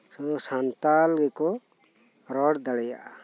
ᱥᱩᱫᱩ ᱥᱟᱱᱛᱟᱞ ᱜᱮᱠᱩ ᱨᱚᱲ ᱫᱟᱲᱤᱭᱟᱜᱼᱟ